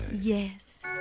Yes